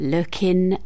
Looking